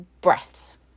breaths